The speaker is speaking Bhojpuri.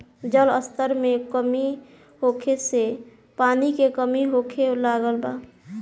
जल स्तर में कमी होखे से पानी के कमी होखे लागल बा